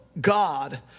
God